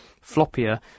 floppier